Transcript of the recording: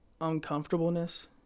uncomfortableness